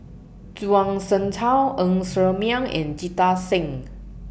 Zhuang Shengtao Ng Ser Miang and Jita Singh